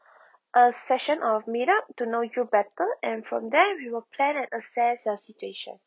a session of meet up to know you better and from there we'll plan an process your situation